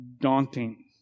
daunting